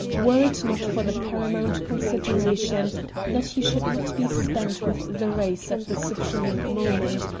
were it not for the paramount consideration that he should not be spent with the race at the supreme moment,